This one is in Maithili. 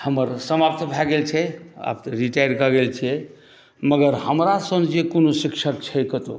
हमर समाप्त भए गेल छै आब तऽ रिटायर कऽ गेल छियै मगर हमरा सन जे कोनो शिक्षक छै कतौ